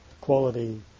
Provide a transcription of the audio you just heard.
quality